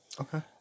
Okay